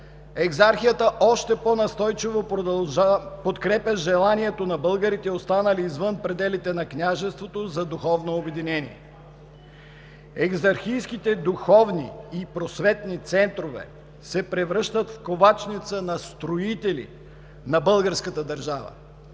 Екзархията още по-настойчиво подкрепя желанието на българите, останали извън пределите на Княжеството, за духовно обединение. Екзархийските духовни и просветни центрове се превръщат в ковачница на строители на българската държава